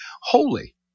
holy